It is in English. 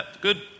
Good